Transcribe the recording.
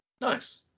Nice